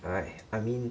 哎 I mean